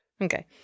Okay